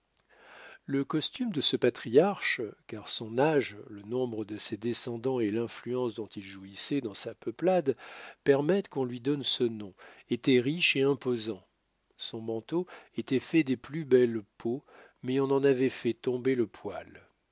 le costume de ce patriarche car son âge le nombre de ses descendants et l'influence dont il jouissait dans sa peuplade permettent qu'on lui donne ce nom était riche et imposant son manteau était fait des plus belles peaux mais on en avait fait tomber le poil